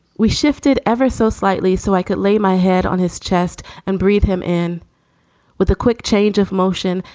we shifted ever so slightly so i could lay my head on his chest and breathe him in with a quick change of motion.